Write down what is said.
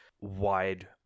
wide